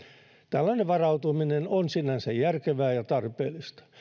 tällainen varautuminen on sinänsä järkevää ja tarpeellista